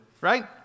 right